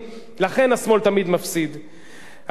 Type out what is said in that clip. אדוני, אנחנו ידענו תמיד שאין כיבוש,